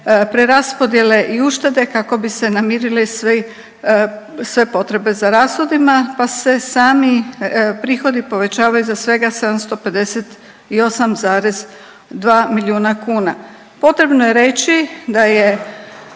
preraspodjele i uštede kako bi se namirili svi, sve potrebe za rashodima, pa se sami prihodi povećavaju za svega 758,2 milijuna kuna. Potrebno je reći da je,